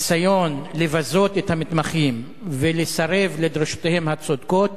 הניסיון לבזות את המתמחים ולסרב לדרישותיהם הצודקות